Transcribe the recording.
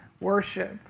worship